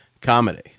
comedy